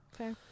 okay